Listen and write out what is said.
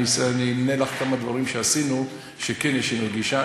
אני אמנה לך כמה דברים שעשינו שבהם כן יש שינוי גישה.